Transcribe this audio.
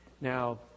Now